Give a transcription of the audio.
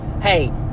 hey